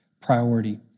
priority